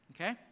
Okay